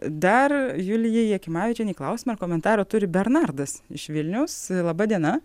dar julijai jakimavičienei klausimą ar komentarą turi bernardas iš vilniaus laba diena